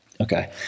Okay